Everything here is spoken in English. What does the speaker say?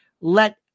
let